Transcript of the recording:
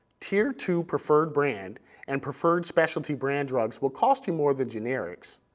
tier two preferred brand and preferred specialty brand drugs will cost you more than generics,